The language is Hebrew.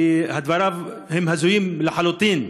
כי דבריו הם הזויים לחלוטין,